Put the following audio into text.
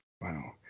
Wow